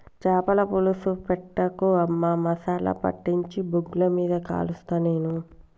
చాపల పులుసు పెట్టకు అమ్మా మసాలా పట్టించి బొగ్గుల మీద కలుస్తా నేను